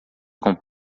com